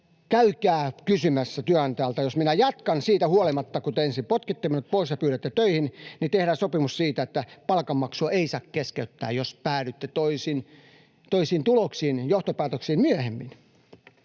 käykää kysymässä työnantajalta: jos minä jatkan siitä huolimatta, kun te ensin potkitte minut pois ja pyydätte töihin, niin tehdään sopimus siitä, että palkanmaksua ei saa keskeyttää, jos päädytte toisiin johtopäätöksiin myöhemmin.